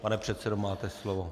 Pane předsedo, máte slovo.